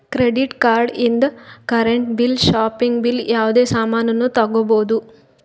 credit card ಇಂದ್ current bill shopping bill ಯಾವುದೇ ಸಾಮಾನ್ನೂ ತಗೋಬೋದು